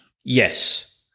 Yes